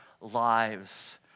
lives